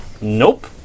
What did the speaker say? Nope